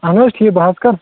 اہَن حظ ٹھیٖک بہٕ حظ کَرٕ